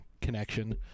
connection